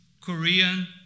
Korean